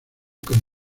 con